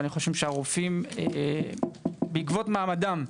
אני חושב שהרופאים בעקבות מעמדם,